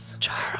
Charles